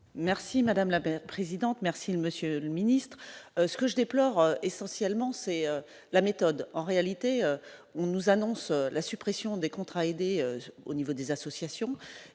Merci Madame Laberge présidente merci Monsieur le Ministre, ce que je déplore, essentiellement, c'est la méthode, en réalité, on nous annonce la suppression des contrats aidés au niveau des associations